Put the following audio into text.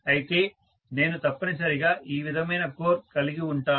అయితే నేను తప్పనిసరిగా ఈ విధమైన కోర్ కలిగి ఉంటాను